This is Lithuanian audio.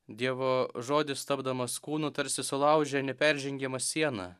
dievo žodis tapdamas kūnu tarsi sulaužė neperžengiamą sieną